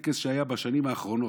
בטקס שהיה בשנים האחרונות,